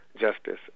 justice